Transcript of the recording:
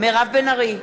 מירב בן ארי,